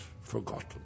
forgotten